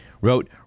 Wrote